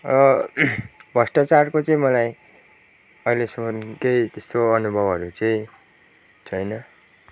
भ्रष्टाचारको चाहिँ मलाई अहिलेसम्म केही त्यस्तो अनुभवहरू चाहिँ छैन